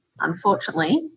unfortunately